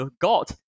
God